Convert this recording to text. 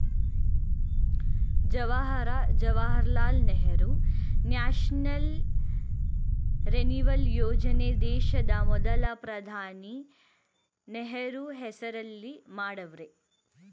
Jawahar Jawaharlal Nehru national renewal ಯೋಜನೆ ದೇಶದ ಮೊದಲ ಪ್ರಧಾನಿ ನೆಹರು ಹೆಸರಲ್ಲಿ ಮಾಡವ್ರೆ